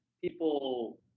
people